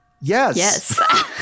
yes